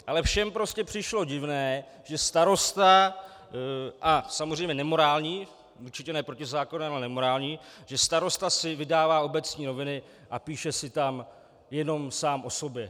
Ale všem přišlo divné, že starosta a samozřejmě nemorální, určitě ne protizákonné, ale nemorální že starosta si vydává obecní noviny a píše si tam jenom sám o sobě.